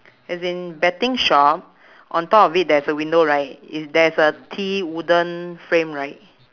as in betting shop on top of it there's a window right i~ there's a T wooden frame right